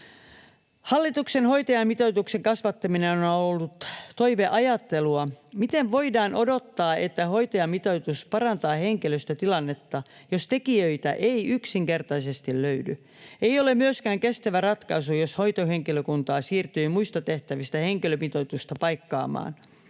Hallituksen hoitajamitoituksen kasvattaminen on ollut toiveajattelua. Miten voidaan odottaa, että hoitajamitoitus parantaa henkilöstötilannetta, jos tekijöitä ei yksinkertaisesti löydy? Ei ole myöskään kestävä ratkaisu, jos hoitohenkilökuntaa siirtyy muista tehtävistä henkilömitoitusta paikkaamaan.